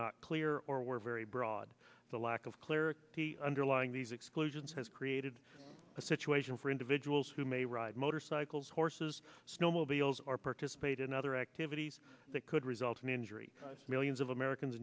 not clear or were very broad the lack of clear underlying these exclusions has created a situation for individuals who may ride motorcycles horses snowmobiles are part spate and other activities that could result in injury millions of americans